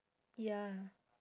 ya